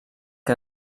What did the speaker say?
que